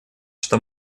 что